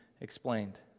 explained